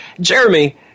Jeremy